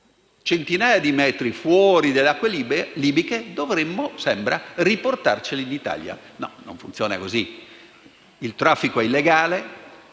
centinaio di metri fuori dalle acque libiche dovremmo - sembra, ripeto - riportarceli in Italia. No, non funziona così. Il traffico è illegale.